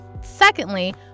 secondly